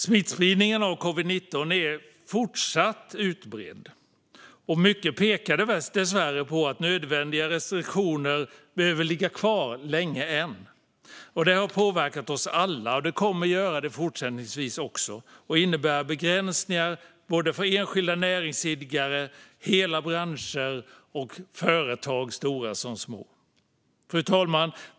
Smittspridningen av covid-19 är fortfarande utbredd, och mycket pekar dessvärre på att nödvändiga restriktioner behöver ligga kvar länge än. Det har påverkat oss alla. Och det kommer det att göra också fortsättningsvis och innebära begränsningar för enskilda näringsidkare, hela branscher och företag, stora som små. Fru talman!